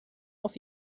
auf